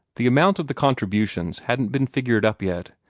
the amount of the contributions hadn't been figured up yet,